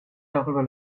darüber